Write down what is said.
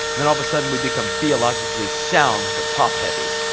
then all the sudden we become theologically sound but top heavy.